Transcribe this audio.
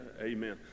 Amen